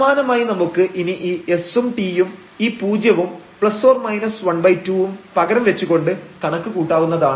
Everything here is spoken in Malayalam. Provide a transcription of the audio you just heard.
സമാനമായി നമുക്ക് ഇനി ഈ s ഉം t യും ഈ പൂജ്യവും ±12 ഉം പകരം വെച്ചുകൊണ്ട് കണക്ക് കൂട്ടാവുന്നതാണ്